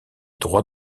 droits